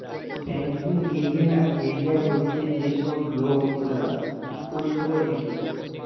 banking agent এর career হতিছে যে সব লোক গুলা খোঁজ খবর দিতেছে